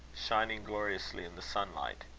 shining gloriously in the sunlight.